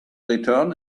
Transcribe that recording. return